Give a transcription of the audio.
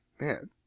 Man